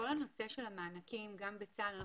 כל הנושא של המענקים גם בצה"ל,